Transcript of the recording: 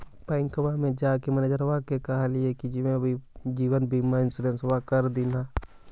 बैंकवा मे जाके मैनेजरवा के कहलिऐ कि जिवनबिमा इंश्योरेंस कर दिन ने?